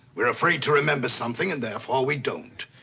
we're afraid to remember something, and therefore, we don't.